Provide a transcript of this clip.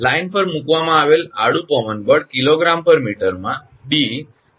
line પર મૂકવામાં આવેલ આડું પવન બળ 𝐾𝑔 𝑚 માં ડી